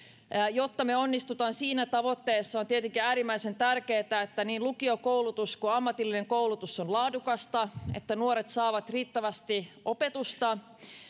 jotta me onnistumme siinä tavoitteessa on tietenkin äärimmäisen tärkeätä että niin lukiokoulutus kuin ammatillinen koulutus on laadukasta että nuoret saavat riittävästi opetusta